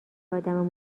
ادم